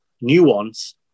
nuance